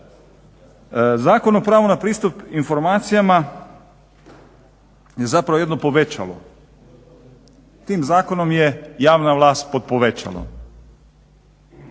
Zakon o pravu na pristup informacijama je zapravo jedno povećalo. Tim zakonom je javna vlast pod povećalom.